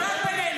אבל רק בינינו,